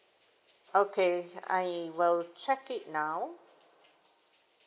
okay I will check it now